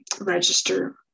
register